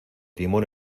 timón